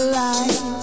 life